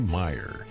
Meyer